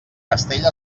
castell